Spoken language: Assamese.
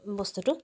বস্তুটো